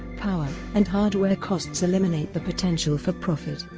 power, and hardware costs eliminate the potential for profit.